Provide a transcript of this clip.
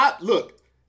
Look